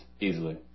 easily